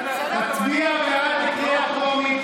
אז תצביע בעד בקריאה הטרומית,